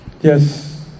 Yes